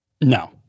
No